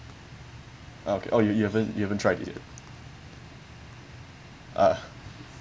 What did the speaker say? okay oh you you haven't you haven't tried it yet ah